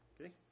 okay